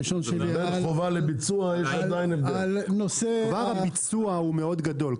בחובה לביצוע יש עדיין --- חובה לביצוע הוא מאוד גדול.